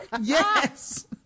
Yes